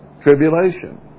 tribulation